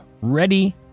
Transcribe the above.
ready